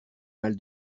mal